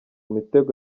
mitego